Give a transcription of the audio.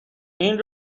این